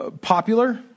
popular